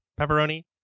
pepperoni